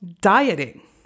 dieting